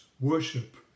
worship